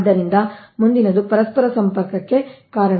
ಆದ್ದರಿಂದ ಮುಂದಿನದು ಪರಸ್ಪರ ಸಂಪರ್ಕಕ್ಕೆ ಕಾರಣ